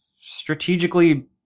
strategically